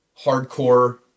hardcore